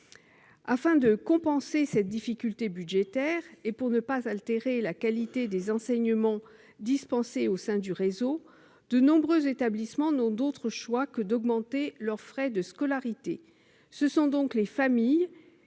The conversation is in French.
Afin de compenser cette difficulté budgétaire et pour ne pas altérer la qualité des enseignements dispensés au sein du réseau, de nombreux établissements n'ont d'autre choix que d'augmenter les frais de scolarité. Ce sont par conséquent les familles,